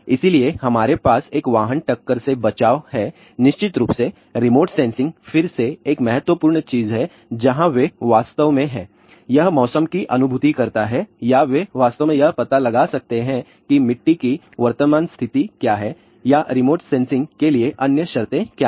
इसलिए हमारे पास एक वाहन टक्कर से बचाव है निश्चित रूप से रिमोट सेंसिंग फिर से एक बहुत महत्वपूर्ण चीज है जहां वे वास्तव में हैं यह मौसम की अनुभूति करता है या वे वास्तव में यह पता लगा सकते हैं कि मिट्टी की वर्तमान स्थिति क्या है या रिमोट सेंसिंग के लिए अन्य शर्तें क्या हैं